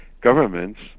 governments